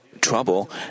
trouble